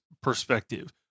perspective